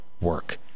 work